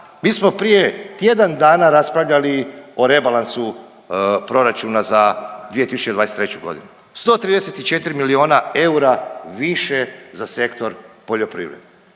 Mi smo prije tjedan dana raspravljali o rebalansu proračuna za 2023. godinu. 134 miliona eura više za sektor poljoprivrede.